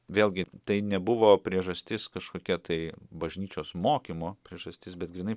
vėlgi tai nebuvo priežastis kažkokia tai bažnyčios mokymo priežastis bet grynai